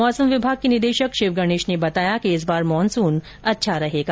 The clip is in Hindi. मौसम विभाग के निदेशक शिव गणेश ने बताया कि इस बार मानसून अच्छा रहेगा